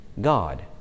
God